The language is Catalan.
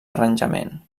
arranjament